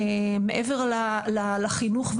מעבר לחינוך.